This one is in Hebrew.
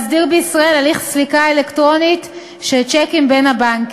כיום הליך הסליקה של צ'ק הוא מיושן